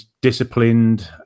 disciplined